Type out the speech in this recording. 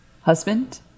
husband